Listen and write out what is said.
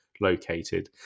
located